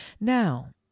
Now